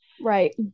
Right